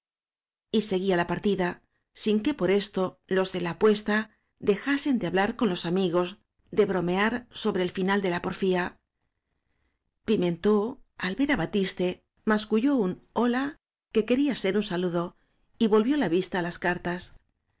ibáñez seguía la partida sin que por esto los de la apuesta dejasen de hablar con los amigos de bromear sobre el final de la porfía pimentó al ver á batiste masculló un hola que quería saludo ser un y volvió la vista á las cartas